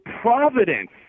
Providence